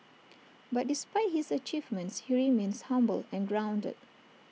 but despite his achievements he remains humble and grounded